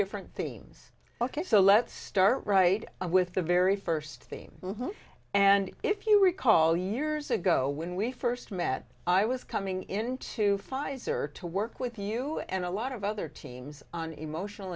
different themes ok so let's start right with the very first thing and if you recall years ago when we first met i was coming into pfizer to work with you and a lot of other teams on emotional